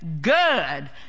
good